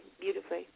beautifully